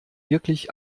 wirklich